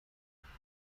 ترجمه